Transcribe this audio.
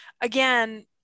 again